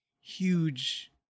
huge